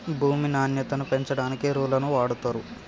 భూమి నాణ్యతను పెంచడానికి ఎరువులను వాడుతారు